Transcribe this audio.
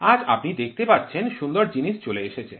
আজ আপনি দেখতে পাচ্ছেন সুন্দর জিনিস চলে এসেছে